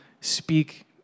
speak